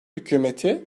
hükümeti